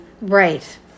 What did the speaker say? Right